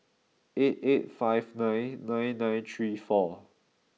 eight eight five nine nine nine three four